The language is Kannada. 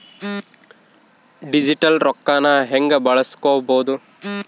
ಡಿಜಿಟಲ್ ರೊಕ್ಕನ ಹ್ಯೆಂಗ ಬಳಸ್ಕೊಬೊದು?